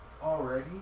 already